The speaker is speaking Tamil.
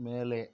மேலே